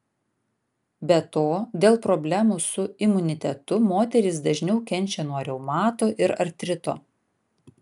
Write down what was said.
be to dėl problemų su imunitetu moterys dažniau kenčia nuo reumato ir artrito